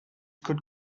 could